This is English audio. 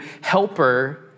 helper